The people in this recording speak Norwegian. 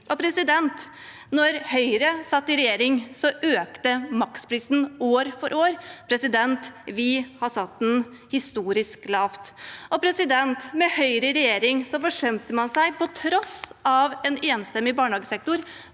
Da Høyre satt i regjering, økte maksprisen år for år. Vi har satt den historisk lavt. Med Høyre i regjering forsømte man seg – til tross for at en enstemmig barnehagesektor